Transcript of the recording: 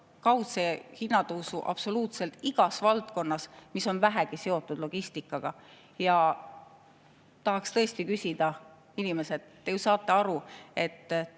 kaudse hinnatõusu absoluutselt igas valdkonnas, mis on vähegi seotud logistikaga. Tahaks tõesti küsida: inimesed, te ju saate aru, te